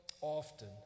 often